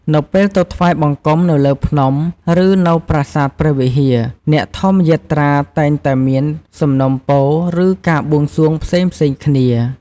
នៅពេលទៅថ្វាយបង្គំនៅលើភ្នំ ឬនៅប្រាសាទព្រះវិហារ អ្នកធម្មយាត្រាតែងតែមាន សំណូមពរ ឬ ការបួងសួង ផ្សេងៗគ្នា។